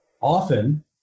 Often